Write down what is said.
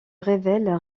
révèle